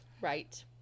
Right